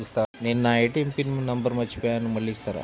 నేను నా ATM PIN number మర్చిపోయాను మళ్ళీ ఇస్తారా?